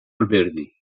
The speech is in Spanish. alberdi